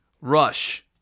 Rush